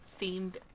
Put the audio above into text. themed